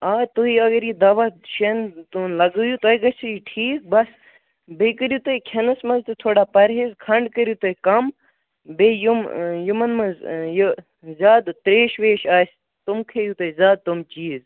آ تُہۍ اگر یہِ دواہ شیٚن دۄہن لَگٲیِو تۄہہِ گَژھوٕ یہِ ٹھیٖک بس بیٚیہِ کٔرِو تُہۍ کھیٚنس منٛز تہِ تھوڑا پرہیز کھنٛڈ کٔرِو تُہۍ کَم بییٛہِ یِم یِمن منٛز یہِ زیادٕ ترٛیش ویش آسہِ تِم کھیٚیِو تُہۍ زیادٕ تِم چیز